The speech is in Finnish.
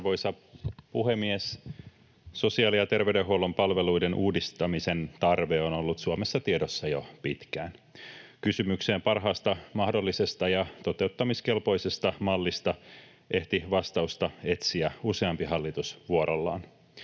Arvoisa puhemies! Sosiaali- ja terveydenhuollon palveluiden uudistamisen tarve on ollut Suomessa tiedossa jo pitkään. Kysymykseen parhaasta mahdollisesta ja toteuttamiskelpoisesta mallista ehti vastausta etsiä useampi hallitus vuorollaan.